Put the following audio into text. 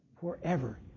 forever